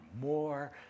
more